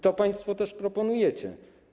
To państwo też proponujecie.